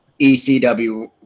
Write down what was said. ECW